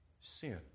sin